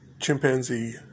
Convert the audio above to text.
chimpanzee